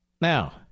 Now